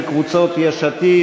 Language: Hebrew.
של קבוצות יש עתיד,